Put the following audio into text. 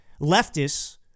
leftists